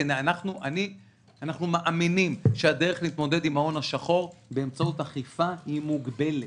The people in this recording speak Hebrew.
אנחנו מאמינים שהדרך להתמודד עם ההון השחור באמצעות אכיפה היא מוגבלת.